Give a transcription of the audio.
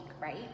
right